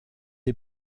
est